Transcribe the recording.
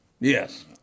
Yes